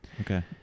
Okay